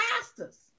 pastors